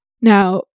Now